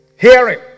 Hearing